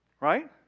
right